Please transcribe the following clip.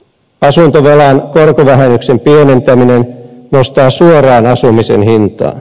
asuntovelan korkovähennyksen pienentäminen nostaa suoraan asumisen hintaa